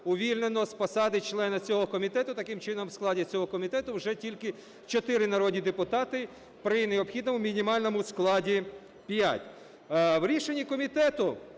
увільнено з посади члена цього комітету. Таким чином, у складі цього комітету вже тільки чотири народні депутати при необхідному мінімальному складі – п'ять. В рішенні комітету,